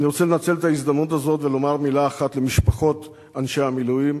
אני רוצה לנצל את ההזדמנות הזאת ולומר מלה אחת למשפחות אנשי המילואים.